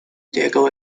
diego